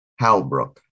Halbrook